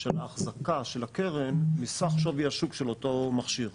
של האחזקה של הקרן מסך שווי השוק של אותו מכשיר.